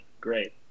Great